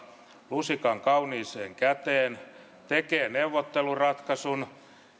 lusikan kauniiseen käteen tekee neuvotteluratkaisun